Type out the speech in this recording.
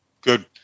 Good